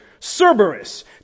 Cerberus